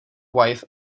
wife